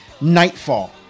Nightfall